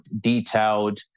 detailed